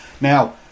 Now